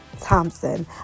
Thompson